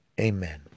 Amen